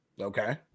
okay